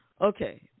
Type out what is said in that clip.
Okay